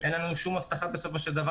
אין לנו שום הבטחה בסופו של דבר